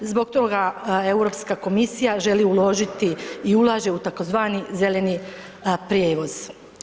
Zbog toga Europska komisija želi uložiti i ulaže u tzv. zeleni prijevoz.